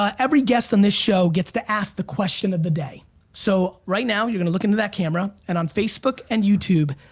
every guest on this show gets to ask the question of the day so right now, you're gonna look into that camera and on facebook and youtube,